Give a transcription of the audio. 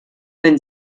wenn